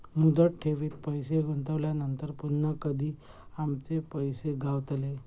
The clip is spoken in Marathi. मुदत ठेवीत पैसे गुंतवल्यानंतर पुन्हा कधी आमचे पैसे गावतले?